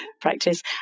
practice